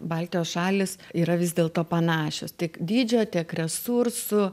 baltijos šalys yra vis dėl to panašios tiek dydžio tiek resursų